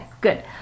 good